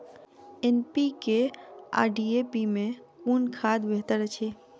NPK आ DAP मे कुन खाद बेहतर अछि?